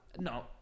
No